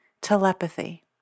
telepathy